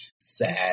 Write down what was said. sad